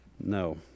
No